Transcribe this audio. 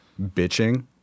bitching